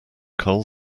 coal